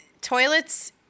toilets